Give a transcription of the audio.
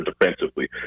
defensively